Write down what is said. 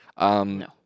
No